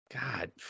God